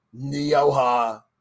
Nioha